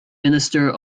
minister